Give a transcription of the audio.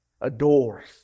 adores